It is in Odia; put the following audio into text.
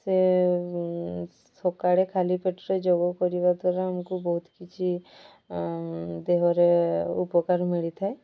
ସେ ସକାଳେ ଖାଲି ପେଟରେ ଯୋଗ କରିବା ଦ୍ୱାରା ଆମକୁ ବହୁତ କିଛି ଦେହରେ ଉପକାର ମିଳିଥାଏ